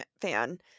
fan